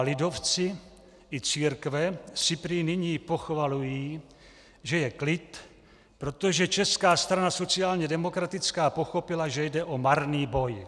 Lidovci i církve si prý nyní pochvalují, že je klid, protože Česká strana sociálně demokratická pochopila, že jde o marný boj.